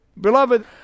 Beloved